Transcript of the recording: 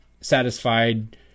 satisfied